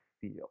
feel